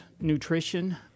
nutrition